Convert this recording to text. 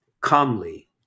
calmly